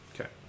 Okay